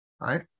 right